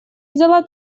взяла